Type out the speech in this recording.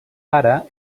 pare